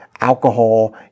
alcohol